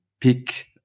pick